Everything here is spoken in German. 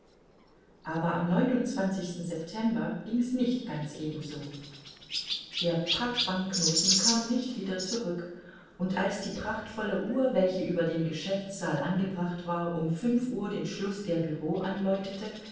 aber am september ging's nicht ganz eben so der pack banknoten kam nicht wieder zurück und als die prachtvolle uhr welche über dem geschäftssaal angebracht war um fünf uhr den schluß der bureaux anläutete